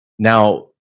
Now